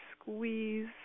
squeeze